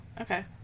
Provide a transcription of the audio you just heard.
okay